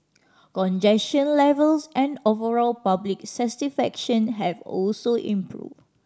congestion levels and overall public satisfaction have also improved